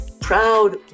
proud